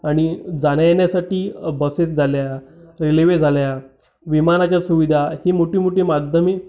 आणि जाण्यायेण्यासाठी बसेस झाल्या रेल्वे झाल्या विमानाच्या सुविधा ही मोठी मोठी माध्यमं